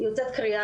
יוצאת קריאה,